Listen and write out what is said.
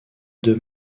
deux